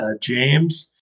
James